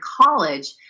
college